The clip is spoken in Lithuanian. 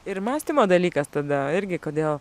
ir mąstymo dalykas tada irgi kodėl